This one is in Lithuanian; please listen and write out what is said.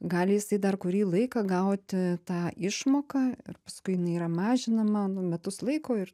gali jisai dar kurį laiką gauti tą išmoką ir paskui jinai yra mažinama nu metus laiko ir